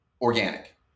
organic